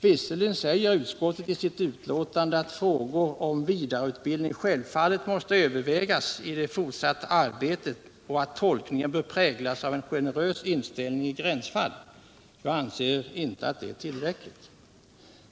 Visserligen säger utskottet i sitt betänkande att frågor om vidareutbildning självfallet måste övervägas i det fortsatta arbetet och att tolkningen bör präglas av en generös inställning i gränsfall. Men jag anser inte att det är tillräckligt.